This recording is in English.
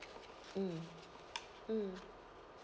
mm mm